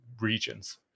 regions